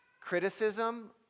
criticism